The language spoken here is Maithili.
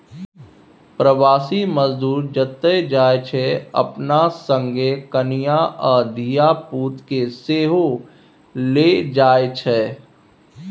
प्रबासी मजदूर जतय जाइ छै अपना संगे कनियाँ आ धिया पुता केँ सेहो लए जाइ छै